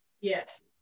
Yes